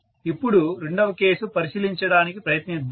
ఇప్పుడు రెండవ కేసు పరిశీలించడానికి ప్రయత్నిద్దాం